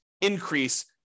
Increase